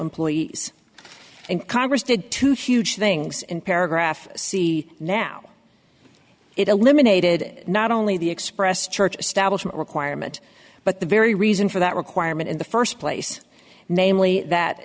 employees and congress did to huge things in paragraph c now it eliminated not only the expressed church stablished requirement but the very reason for that requirement in the first place namely that